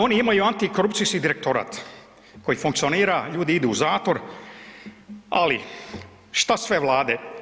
Oni imaju antikorupcijski direktorat koji funkcionira, ljudi idu u zatvor, ali što sve vlade.